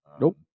Nope